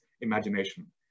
imagination